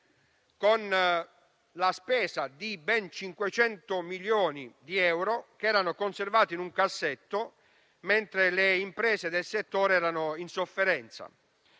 con la spesa di ben 500 milioni di euro, che erano conservati in un cassetto, mentre le imprese del settore erano in sofferenza.